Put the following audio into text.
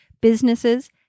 businesses